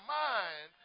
mind